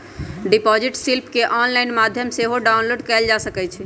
deposit slip केंऑनलाइन माध्यम से सेहो डाउनलोड कएल जा सकइ छइ